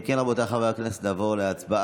אם כן, רבותיי חברי הכנסת, נעבור להצבעה.